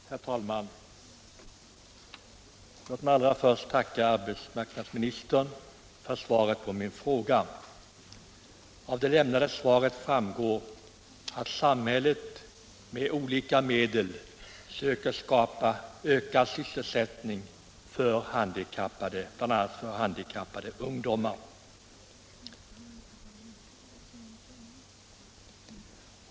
Herr talman! Låt mig allra först tacka arbetsmarknadsministern för svaret på min fråga. Av det lämnade svaret framgår att samhället med olika medel söker skapa ökad sysselsättning för bl.a. handikappade ungdomar.